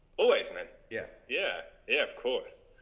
always me. yeah. yeah. yeah, of course